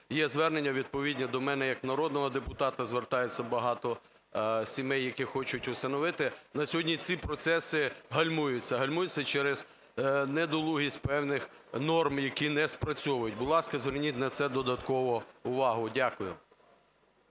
Є звернення відповідні до мене як народного депутата, звертаються багато сімей, які хочуть усиновити. На сьогодні ці процеси гальмуються, гальмуються через недолугість певних норм, які не спрацьовують. Будь ласка, зверніть на це додатково увагу. Дякую.